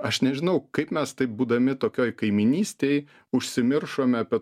aš nežinau kaip mes taip būdami tokioj kaimynystėj užsimiršome apie